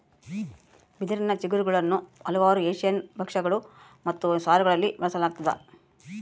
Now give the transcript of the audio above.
ಬಿದಿರಿನ ಚಿಗುರುಗುಳ್ನ ಹಲವಾರು ಏಷ್ಯನ್ ಭಕ್ಷ್ಯಗಳು ಮತ್ತು ಸಾರುಗಳಲ್ಲಿ ಬಳಸಲಾಗ್ತದ